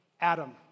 Adam